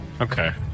Okay